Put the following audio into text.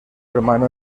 hermano